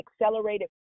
accelerated